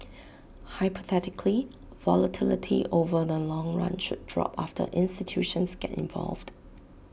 hypothetically volatility over the long run should drop after institutions get involved